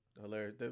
hilarious